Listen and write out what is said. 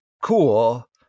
cool